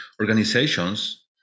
organizations